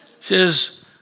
says